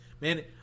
Man